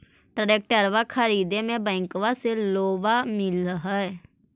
ट्रैक्टरबा खरीदे मे बैंकबा से लोंबा मिल है?